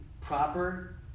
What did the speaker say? proper